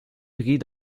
pris